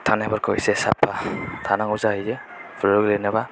थानायफोरखौ एसे साफा थानांगौ जाहैयो फुटबल गेलेनोबा